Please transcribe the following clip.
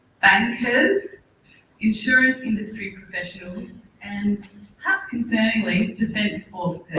bankers, insurance industry professionals and perhaps concerningly, defence force